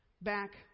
back